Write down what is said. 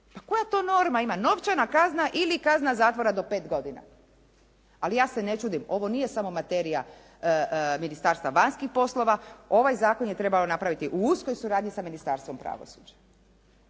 koja to norma ima? Novčana kazna ili kazna zakona do 5 godina. Ali ja se ne čudim, ovo nije samo materija Ministarstva vanjskih poslova, ovaj zakon je trebao napraviti u uskoj suradnji sa Ministarstvom pravosuđa.